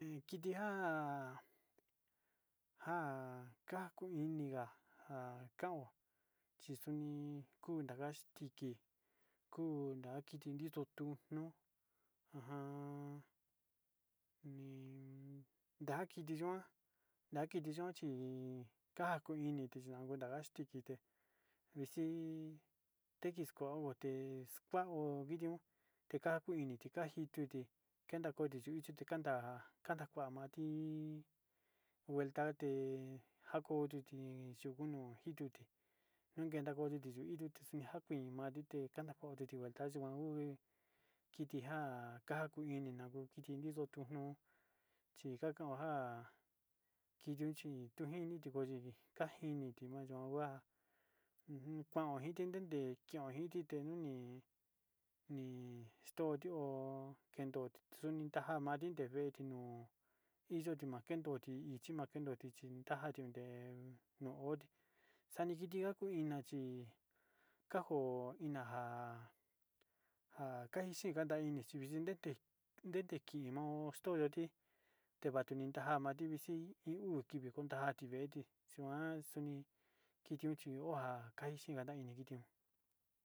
He kiti njan, njan ka'a kuu ininga njan kon tiyuni, uu nanga xiki uu n'a kiti titutu no'o ajan nde nakiti yuan na'a kiti yuan chí kaku ini ndakanti ite vixi vixko ho yute kuaon ndión teka uin teka xuitute nakoin yute tuu kantá kanda kuanti, vueltate njuakotuti yuku no'o xito yute nakanda kote tuyu ituu tuxionjavi mandote kanda hodute tikuan uya uvee kitinja ka'a kuu inina kanjute nixdo tuu no'o akuu ini na'a kukiti nakuxu no'o chikanjaojan kinuchi tunjeni kuakukini tikochi kanjini tiñokua ujun kuaon kiti nite'e tendio manjite texni nixtiotio ho teno xunitaja mandite kexteno inro xuma'a ken toti'ó, ichimankete chi tanjate no'o oti xankingua kuu iná chí kanjo na'a na'a kakixhi kandaí ini chinxinté ndete kimo'o oxtoí toti timsti vanja ixi tii uu kivii kontati véeti xhuan xunii kiti chio'a kanti xunaí inikition.